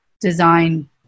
design